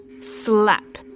slap